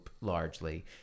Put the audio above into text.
largely